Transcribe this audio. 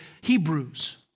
Hebrews